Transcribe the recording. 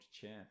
champ